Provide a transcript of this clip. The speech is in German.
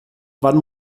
wann